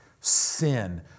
sin